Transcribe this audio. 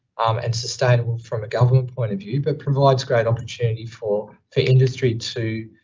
and sustainable from a government point of view, but provides great opportunity for, for industry to,